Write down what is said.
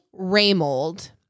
Raymold